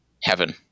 heaven